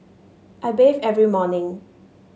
I bathe every morning